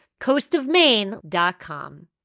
coastofmaine.com